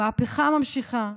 המהפכה נמשכת.